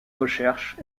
recherches